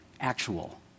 actual